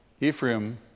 Ephraim